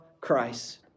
Christ